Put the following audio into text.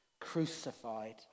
crucified